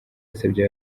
yasabye